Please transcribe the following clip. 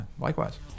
likewise